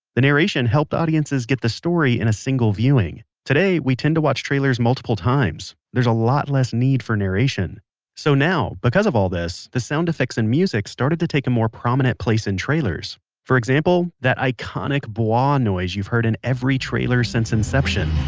the narration helped audiences get the story in a single viewing. today we tend to watch trailers multiple times. there's a lot less need for narration so now, because of all this. the sound effects and music started to take a more prominent place in trailers for example, that iconic bwah noise you've heard in every trailer since inception,